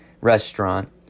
restaurant